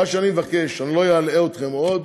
אני לא אלאה אתכם עוד.